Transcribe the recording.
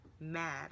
mad